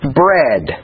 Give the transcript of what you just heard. bread